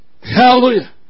Hallelujah